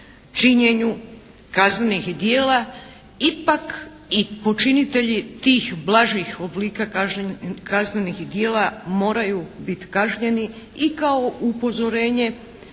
činjenju kaznenih djela ipak i počinitelji tih blažih oblika kaznenih djela moraju biti kažnjeni i kao upozorenje